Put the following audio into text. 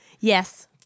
Yes